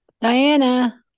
Diana